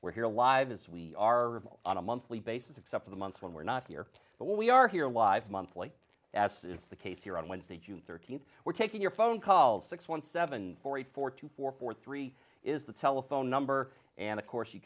we're here live as we are all on a monthly basis except for the months when we're not here but we are here live monthly as is the case here on wednesday june thirteenth we're taking your phone calls six one seven hundred four two four four three is the telephone number and of course you